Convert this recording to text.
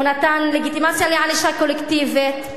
והוא נתן לגיטימציה לענישה קולקטיבית.